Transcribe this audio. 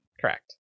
Correct